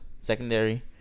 secondary